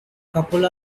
couple